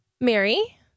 Mary